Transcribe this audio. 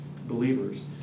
believers